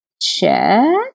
check